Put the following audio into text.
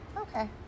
Okay